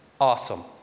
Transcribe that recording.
awesome